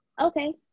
okay